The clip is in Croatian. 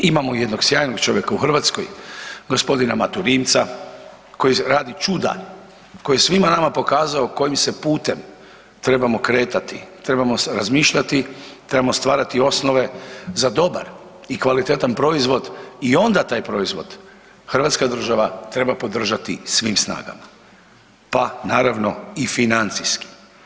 Imamo jednog sjajnog čovjeka u Hrvatskoj gospodina Matu Rimca koji radi čuda, koji je svima nama pokazao kojim se putem trebamo kretati, trebamo razmišljati, trebamo stvarati osnove za dobar i kvalitetan proizvod i onda taj proizvod hrvatska država treba podržati svim snagama pa naravno i financijski.